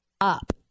up